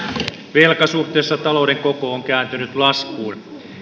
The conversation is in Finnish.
velka suhteessa talouden kokoon on kääntynyt laskuun